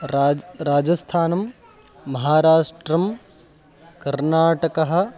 राजा राजस्थानं महाराष्ट्रं कर्नाटकः